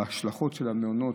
בהשלכות של המעונות,